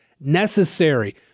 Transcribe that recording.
necessary